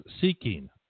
seeking